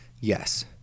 Yes